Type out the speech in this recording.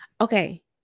Okay